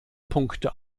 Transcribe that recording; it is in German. punkte